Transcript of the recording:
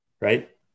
Right